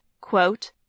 quote